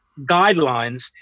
guidelines